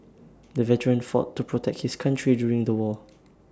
the veteran fought to protect his country during the war